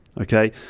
okay